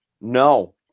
no